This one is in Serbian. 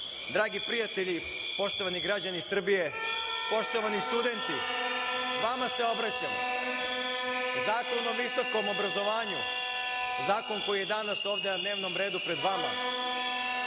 prijatelji, poštovani građani Srbije, poštovani studenti, vama se obraćam Zakon o visokom obrazovanju, zakon koji je danas ovde na dnevnom redu pred vama,